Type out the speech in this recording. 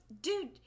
dude